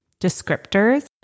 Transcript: descriptors